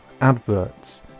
adverts